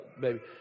baby